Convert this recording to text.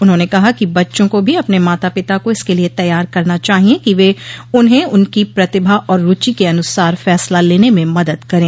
उन्होंने कहा कि बच्चों को भी अपने माता पिता को इसके लिए तैयार करना चाहिए कि वे उन्हें उनकी प्रतिभा और रूचि के अनुसार फैसला लेने में मदद करें